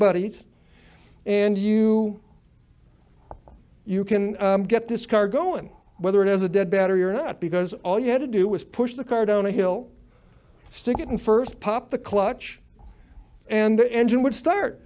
heat and you you can get this car going whether it has a dead battery or not because all you had to do was push the car down a hill stick it in first pop the clutch and the engine would start